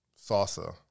salsa